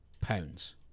pounds